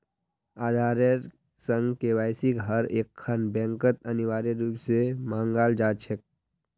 आधारेर संग केवाईसिक हर एकखन बैंकत अनिवार्य रूप स मांगाल जा छेक